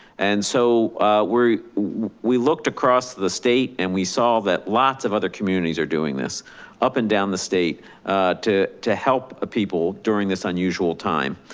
and so we looked across the state and we saw that lots of other communities are doing this up and down the state to to help ah people during this unusual time.